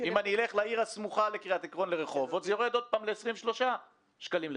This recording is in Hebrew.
ובעיר הסמוכה רחובות זה יורד עוד פעם ל-23 שקלים לתושב.